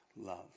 love